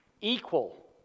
equal